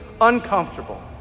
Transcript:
uncomfortable